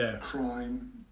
crime